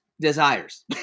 desires